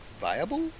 viable